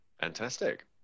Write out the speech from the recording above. Fantastic